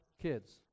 kids